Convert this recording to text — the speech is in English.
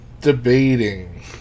debating